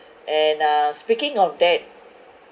and uh speaking of that